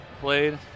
played